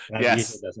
Yes